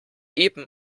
epen